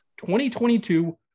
2022